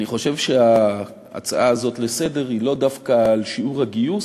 אני חושב שההצעה הזו לסדר-היום היא לא דווקא על שיעור הגיוס,